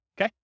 Okay